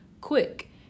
quick